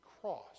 cross